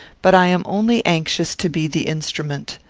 but i am only anxious to be the instrument.